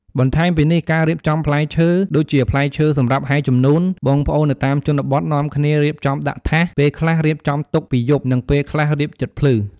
បន្ថែមពីនេះការរៀបចំំផ្លែឈើ ដូចជាផ្លែឈើសម្រាប់ហែរជំនួនបងប្អូននៅតាមជនបទនាំគ្នារៀបចំដាក់ថាស ពេលខ្លះរៀបចំទុកពីយប់និងពេលខ្លះរៀបជិតភ្លឺ។